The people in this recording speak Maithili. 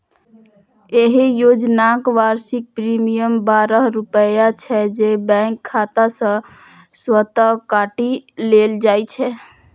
एहि योजनाक वार्षिक प्रीमियम बारह रुपैया छै, जे बैंक खाता सं स्वतः काटि लेल जाइ छै